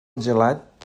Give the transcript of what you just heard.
gelat